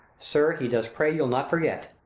sir, he does pray, you'll not forget.